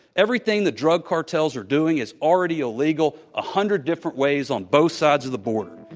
everything the drug cartels are doing is already illegal, a hundred different ways on both sides of the border.